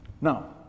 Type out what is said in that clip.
Now